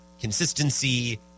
consistency